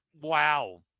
wow